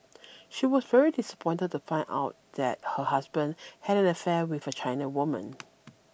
she was very disappointed to find out that her husband had an affair with a China woman